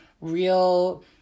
real